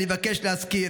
אני מבקש להזכיר